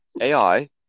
AI